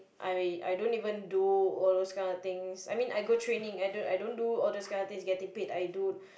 I I don't even do all those kind of things I mean I go training I don't I don't do all those kind of things getting paid I don't